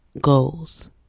goals